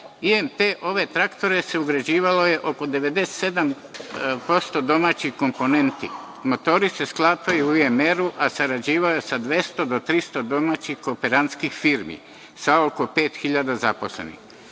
IMT-ove traktore se ugrađivalo oko 97% domaćih komponenti, motori se sklapali u IMR-u, a sarađivao je sa 200 do 300 domaćih kooperantskih firmi sa oko 5000 zaposlenih. Gašenjem